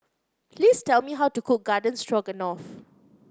please tell me how to cook Garden Stroganoff